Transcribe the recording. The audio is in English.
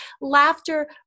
Laughter